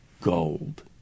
gold